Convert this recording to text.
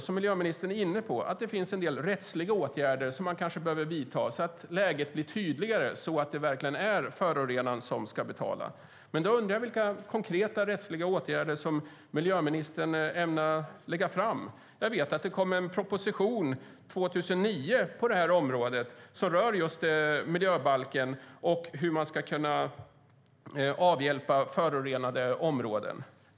Som miljöministern är inne på kanske man behöver vidta en del rättsliga åtgärder för att förtydliga att det verkligen är förorenaren som ska betala. Men då undrar jag vilka konkreta rättsliga åtgärder miljöministern ämnar lägga fram förslag om. Jag vet att det år 2009 på det här området kom en proposition som rör just miljöbalken och hur man ska kunna åtgärda förorenade områden.